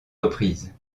reprises